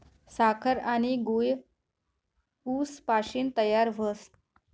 साखर आनी गूय ऊस पाशीन तयार व्हस